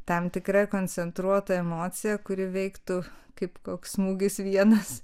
tam tikra koncentruota emocija kuri veiktų kaip koks smūgis vienas